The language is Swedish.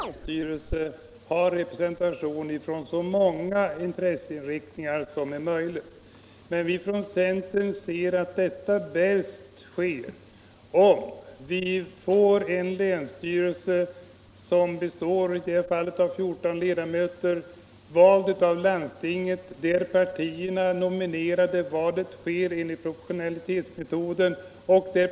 Herr talman! Frågan om valet av länsstyrelse spelar i den här debatten en stor roll. Jag har i Kommunförbundet gett uttryck för min uppfattning, att en länsstyrelse självfallet skall ha en representation för så många intresseriktningar som möjligt. Inom centern anser vi att detta bäst åstadkommes om länsstyrelsen består av 14 ledamöter valda av landstinget efter nomineringar av partierna och genom val enligt proportionalitetsmetoden.